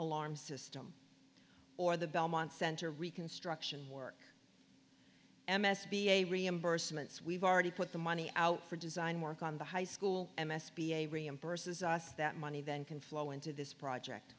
alarm system or the belmont center reconstruction work m s b a reimbursements we've already put the money out for design work on the high school m s p a reimburses us that money then can flow into this project